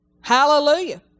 Hallelujah